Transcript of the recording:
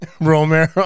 Romero